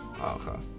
okay